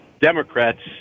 Democrats